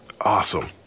Awesome